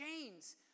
chains